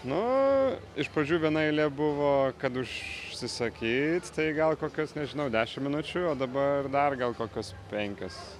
nu iš pradžių viena eilė buvo kad užsisakyt tai gal kokias nežinau dešimt minučių o dabar dar gal kokias penkias